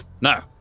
No